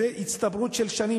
אלא זו הצטברות של שנים,